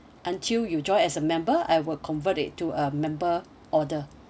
until you joined as a member I will convert it to a member order